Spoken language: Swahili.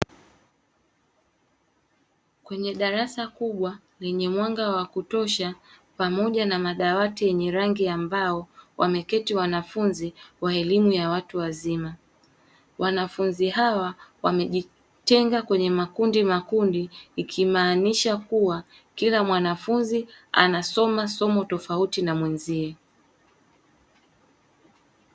Kwenye darasa kubwa lenye mwanga wa kutosha, pamoja na madawati yenye rangi ya mbao, wameketi wanafunzi wa elimu ya watu wazima. Wanafunzi hawa wamejitenga kwenye makundi makundi, ikimaanisha kuwa kila mwanafunzi anasoma somo tofauti na mwenzie.